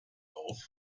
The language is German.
auf